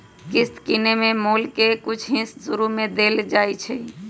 किस्त किनेए में मोल के कुछ हिस शुरू में दे देल जाइ छइ